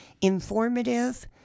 informative